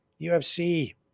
UFC